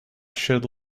should